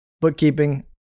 Bookkeeping